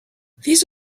these